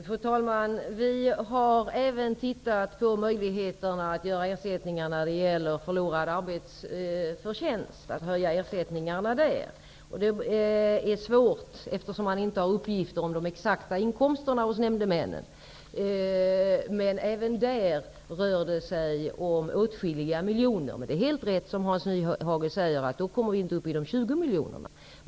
Fru talman! Vi har även tittat på möjligheterna att höja ersättningen för förlorad arbetsförtjänst. Det är svårt, eftersom man inte har uppgifter om nämndemännens exakta inkomster. Även där rör det sig om åtskilliga miljoner. Det är helt rätt som Hans Nyhage säger, att i det fallet kommer man inte upp till de 20 miljonerna.